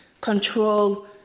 control